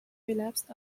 relapsed